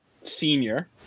Senior